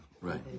right